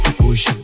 push